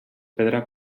pedra